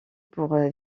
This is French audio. pour